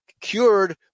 cured